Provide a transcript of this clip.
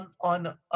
on